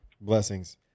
Blessings